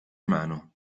mano